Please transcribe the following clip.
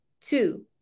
Two